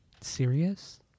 serious